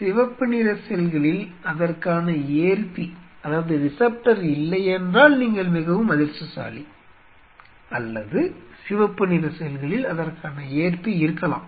சிவப்பு நிற செல்களில் அதற்கான ஏற்பி இல்லை என்றால் நீங்கள் மிகவும் அதிர்ஷ்டசாலி அல்லது சிவப்பு நிற செல்களில் அதற்கான ஏற்பி இருக்கலாம்